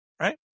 right